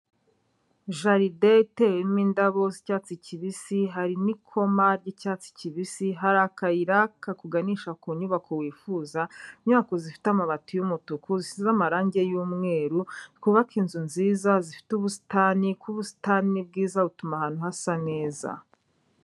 Jaride iteyemo indabo z'icyatsi kibisi, hari n'ikoma ry'icyatsi kibisi, hari akayira kakuganisha ku nyubako wifuza, inyubako zifite amabati y'umutuku, zisize amarange y'umweru, twubake inzu nziza zifite ubusitani, kuko ubusitani bwiza butuma ahantu hasa neza.